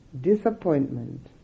disappointment